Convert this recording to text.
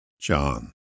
John